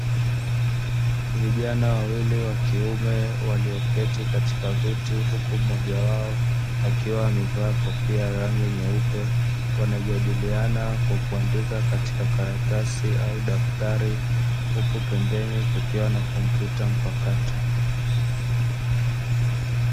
Vijana wawili wa kiume walioketi katika viti huku mmoja wao akiwa amevaa kofia ya rangi nyeupe wanajadiliana kwa kuandika katika karatasi au daftari huku pembeni kukiwa na kompyuta mpakato.